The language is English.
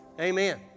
amen